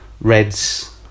reds